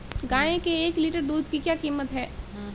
गाय के एक लीटर दूध की क्या कीमत है?